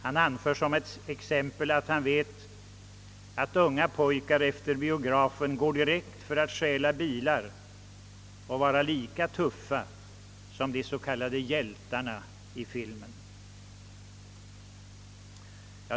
Han anför som ett exempel att unga pojkar direkt efter biografen ger sig ut att stjäla bilar och vara lika tuffa som de så kallade hjältarna i filmen.